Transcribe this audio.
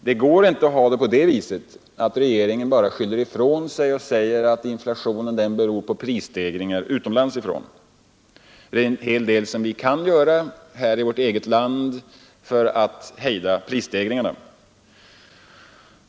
Det går inte att ha det på det viset att regeringen bara skyller ifrån sig och säger att inflationen beror på prisstegringar som kommer från utlandet. Det är en hel del som vi kan göra i vårt eget land för att hejda prisstegringarna.